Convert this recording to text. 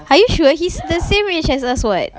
are you sure he's the same age as us [what]